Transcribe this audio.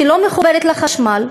שלא מחוברת לחשמל,